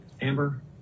Amber